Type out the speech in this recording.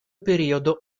periodo